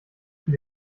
für